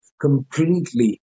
completely